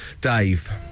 Dave